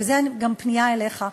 וזו גם פנייה אליך,